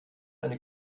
eine